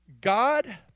God